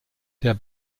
der